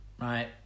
right